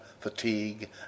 fatigue